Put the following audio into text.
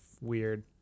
weird